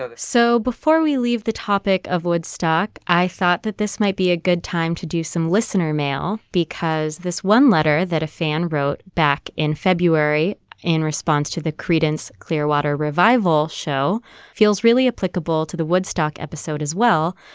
so before we leave the topic of woodstock i thought that this might be a good time to do some listener mail because this one letter that a fan wrote back in february in response to the creedence clearwater revival show feels really applicable to the woodstock episode as well.